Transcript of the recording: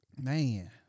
Man